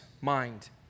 mind